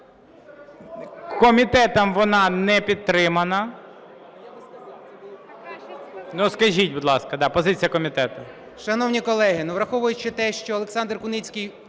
Комітетом вона не підтримана. Ну, скажіть, будь ласка, позиція комітету.